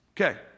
Okay